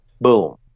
boom